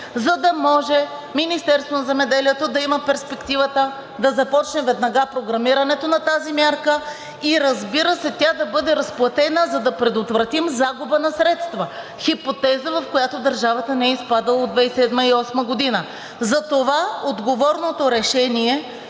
на земеделието да има перспективата да започне веднага програмирането на тази мярка и, разбира се, тя да бъде разплатена, за да предотвратим загуба на средства – хипотеза, в която държавата не е изпадала от 2007 – 2008 г. Затова отговорното решение